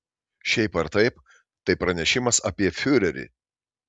šiaip ar taip tai pranešimas apie fiurerį